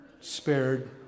spared